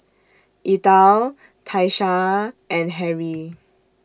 Ethyl Tiesha and Harrie